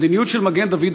המדיניות של מגן-דוד-אדום,